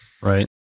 Right